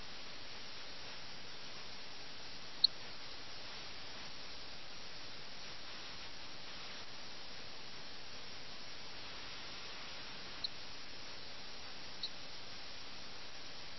നിയമത്തിന്റെ മുന്നിൽ നിന്ന് ഒളിച്ചോടാൻ അവർ ആഗ്രഹിക്കുന്നു